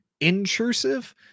intrusive